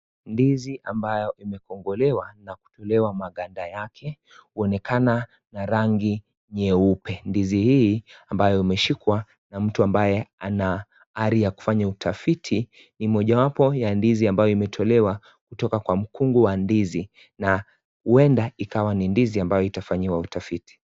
Ndizi ambayo imekogolewa na kutulewa maganda yake, inaonekana na rangi nyeupe. Ndizi hii ambayo umeshikwa na mtu ambayo ana ari ya kufanya utafiti, ni mojawapo ya ndizi ambayo imetolewa kutoka kwa mukungu wa ndizi na huenda ikawa ni ndizi ambayo itafanywa utafiti.